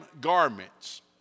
garments